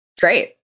Great